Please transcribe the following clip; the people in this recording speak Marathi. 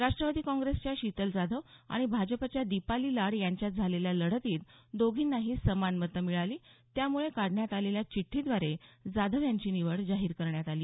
राष्ट्रवादी काँग्रेसच्या शीतल जाधव आणि भाजपच्या दिपाली लाड यांच्यात झालेल्या लढतीत दोघींनाही समान मतं मिळाली त्यामुळे काढण्यात आलेल्या चिठ्ठीद्वारे जाधव यांची निवड जाहीर करण्यात आली